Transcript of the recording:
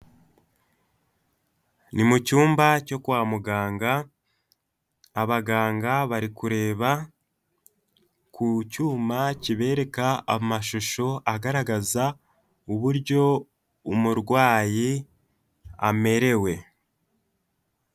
Ni mu cyumba cyo kwa muganga abaganga bari kureba ku cyuma kibereka amashusho agaragaza uburyo umurwayi amerewe.